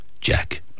Jack